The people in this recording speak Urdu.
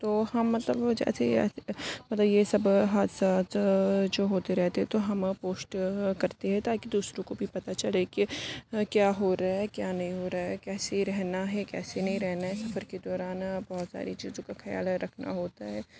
تو ہم مطلب جیسے ہی یہ سب حادثات جو جو ہوتے رہتے ہیں تو ہم پوسٹ کرتے ہیں تاکہ دوسروں کو بھی پتہ چلے کہ کیا ہو رہا ہے کیا نہیں ہو رہا ہے کیسے رہنا ہے کیسے نہیں رہنا ہے سفر کے دوران اور بہت ساری چیزوں کا خیال رکھنا ہوتا ہے